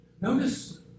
Notice